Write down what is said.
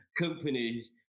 companies